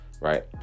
right